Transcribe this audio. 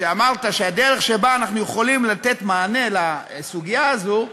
אמרת שהדרך שבה אנחנו יכולים לתת מענה לסוגיה הזאת,